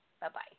Bye-bye